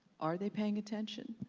are they paying attention?